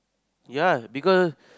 yeah because